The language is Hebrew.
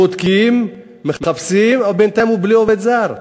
בודקים, מחפשים, ובינתיים הוא בלי עובד זר.